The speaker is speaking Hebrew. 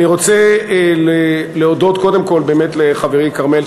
אני רוצה להודות קודם כול באמת לחברי כרמל,